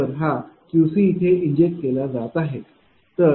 तर हा QCइथे इंजेक्ट केला जात आहे